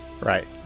right